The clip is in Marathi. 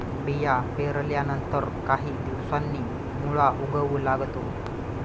बिया पेरल्यानंतर काही दिवसांनी मुळा उगवू लागतो